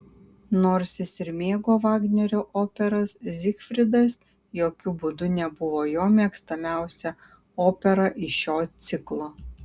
nors jis ir mėgo vagnerio operas zigfridas jokiu būdu nebuvo jo mėgstamiausia opera iš šio ciklo